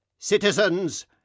Citizens